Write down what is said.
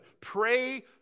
Pray